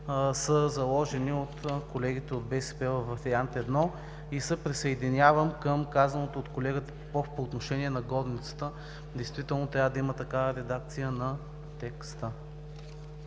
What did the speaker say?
са заложени от колегите от БСП във вариант І. Присъединявам се към казаното от колегата Попов по отношение на горницата. Действително трябва да има такава редакция на текста.